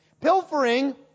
Pilfering